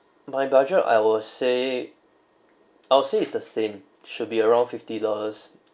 my budget I will say I will say it's the same should be around fifty dollars